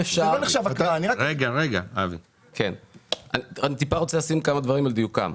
אני רוצה לשים קודם כל כמה דברים על דיוקם.